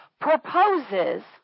proposes